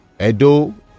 Edo